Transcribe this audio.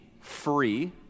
free